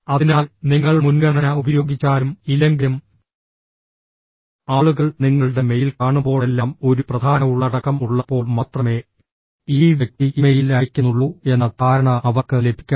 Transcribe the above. അതിനാൽ നിങ്ങൾ മുൻഗണന ഉപയോഗിച്ചാലും ഇല്ലെങ്കിലും ആളുകൾ നിങ്ങളുടെ മെയിൽ കാണുമ്പോഴെല്ലാം ഒരു പ്രധാന ഉള്ളടക്കം ഉള്ളപ്പോൾ മാത്രമേ ഈ വ്യക്തി ഇമെയിൽ അയയ്ക്കുന്നുള്ളൂ എന്ന ധാരണ അവർക്ക് ലഭിക്കണം